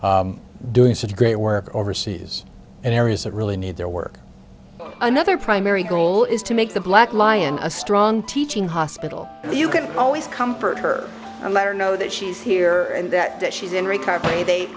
poise doing such great work overseas in areas that really need their work another primary goal is to make the black lion a strong teaching hospital you can always comfort her and let her know that she's here and that she's in recovery they